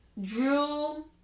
Drew